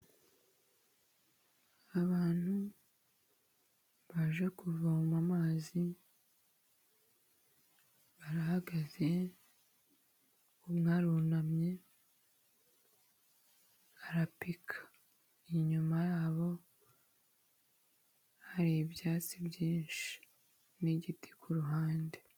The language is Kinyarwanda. Abantu baje kuvoma amazi, barahagaze, umwe arunamye arapika. Inyuma yabo hari ibyatsi byinshi n'igiti ku ruhande.